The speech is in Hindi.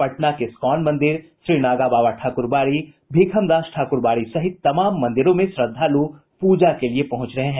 पटना के इस्कॉन मंदिर श्रीनागाबाबा ठाकुरबाड़ी भीखमदास ठाकुरबाड़ी सहित तमाम मंदिरों में श्रद्धालु पूजा के लिए पहुंच रहे हैं